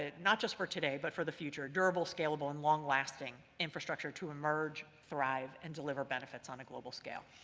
ah not just for today but for the future, durable, scalable, and long-lasting infrastructure to emerge, thrive, and deliver benefits on a global scale.